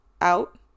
out